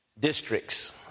Districts